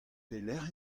pelecʼh